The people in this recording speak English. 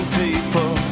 people